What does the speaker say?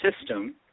system